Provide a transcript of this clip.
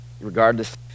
Regardless